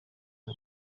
ubu